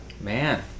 Man